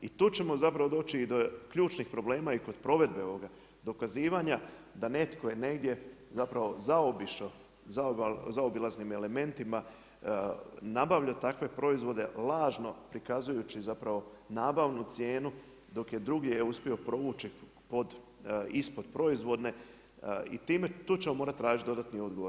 I tu ćemo zapravo doći i do ključnih problema i kod provedbe ovoga dokazivanja, da netko je negdje zapravo zaobišao, zaobilaznim elementima nabavljao takve proizvode lažno prikazujući zapravo nabavnu cijenu dok je drugdje uspio je provući ispod proizvodne i tu ćemo morati tražiti dodatni odgovor.